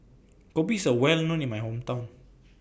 Kopi IS Well known in My Hometown